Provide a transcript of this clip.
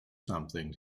something